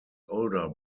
older